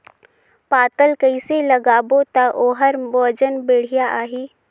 पातल कइसे लगाबो ता ओहार वजन बेडिया आही?